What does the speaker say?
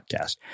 podcast